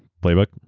playbook?